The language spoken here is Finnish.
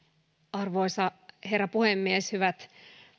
arvoisa herra puhemies hyvät